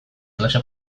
klase